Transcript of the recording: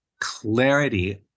clarity